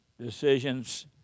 decisions